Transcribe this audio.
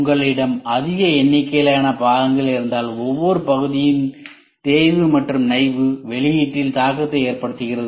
உங்களிடம் அதிக எண்ணிக்கையிலான பாகங்கள் இருந்தால் ஒவ்வொரு பகுதியின் தேய்வு மற்றும் நைவு வெளியீட்டில் தாக்கத்தை ஏற்படுத்துகிறது